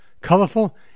colorful